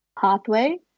pathway